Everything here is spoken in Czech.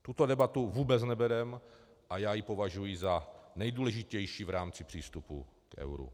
Tuto debatu vůbec nevedeme a já ji považuji za nejdůležitější v rámci přístupu k euru.